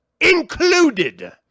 included